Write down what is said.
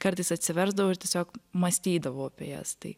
kartais atsiversdavau tiesiog mąstydavau apie jas tai